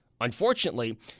Unfortunately